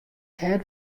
hert